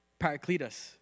Paracletus